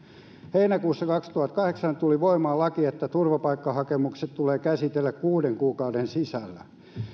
heinäkuussa kaksituhattakahdeksan tuli voimaan laki että turvapaikkahakemukset tulee käsitellä kuuden kuukauden sisällä